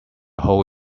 hole